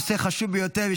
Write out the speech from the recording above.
נושא חשוב ביותר.